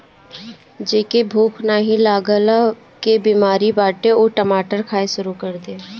जेके भूख नाही लागला के बेमारी बाटे उ टमाटर खाए शुरू कर दे